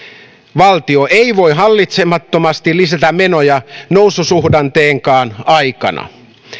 valtio ei voi hallitsemattomasti lisätä menoja noususuhdanteenkaan aikana